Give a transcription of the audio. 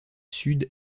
sud